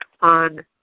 on